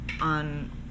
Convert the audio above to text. on